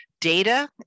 data